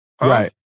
Right